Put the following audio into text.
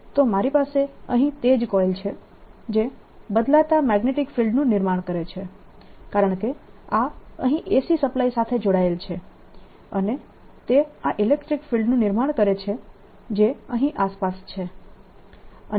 તો મારી પાસે અહીં તે જ કોઇલ છે જે બદલાતા મેગ્નેટીક ફિલ્ડનું નિર્માણ કરે છે કારણકે આ અહીં AC સપ્લાય સાથે જોડાયેલ છે અને તે આ ઇલેક્ટ્રીક ફિલ્ડનું નિર્માણ કરે છે જે અહીં આસપાસ છે